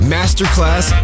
Masterclass